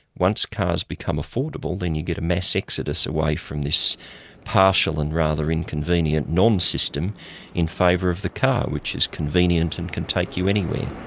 once cars become affordable, then you get a mass exodus away from this partial and rather inconvenient non-system in favour of the car, which is convenient and can take you anywhere.